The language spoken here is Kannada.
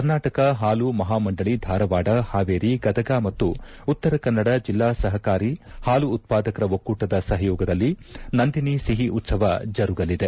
ಕರ್ನಾಟಕ ಹಾಲು ಮಹಾಮಂಡಳಿ ಧಾರವಾದ ಹಾವೇರಿ ಗದಗ ಮತ್ತು ಉತ್ತರಕನ್ನಡ ಜಿಲ್ಲಾ ಸಹಕಾರಿ ಹಾಲು ಉತ್ಪಾದಕರ ಒಕ್ಕೂಟದ ಸಹಯೋಗದಲ್ಲಿ ನಂದಿನಿ ಸಿಹಿ ಉತ್ಸವ ಜಿರುಗಲಿದೆ